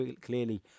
clearly